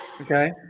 Okay